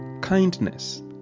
kindness